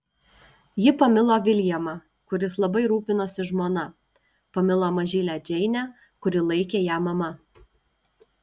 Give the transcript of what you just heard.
ji pamilo viljamą kuris labai rūpinosi žmona pamilo mažylę džeinę kuri laikė ją mama